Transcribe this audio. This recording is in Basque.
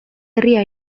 herria